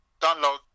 download